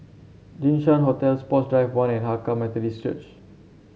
Jinshan Hotel Sports Drive One and Hakka Methodist Church